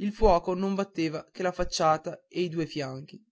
il fuoco non batteva che la facciata e i due fianchi